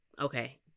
okay